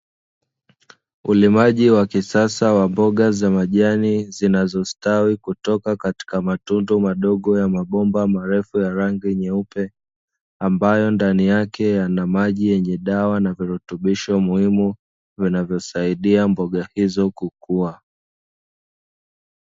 Ulimaji wa kisasa wa mboga za majani zinazostawi kutoka katika matundu madogo ya mabomba marefu ya rangi nyeupe, ambayo ndani yake yana maji yenye dawa na virutubisho muhimu vinavyosaidia mboga hizo kukua.